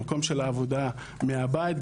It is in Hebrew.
המקום של העבודה מהבית,